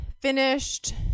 finished